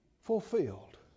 fulfilled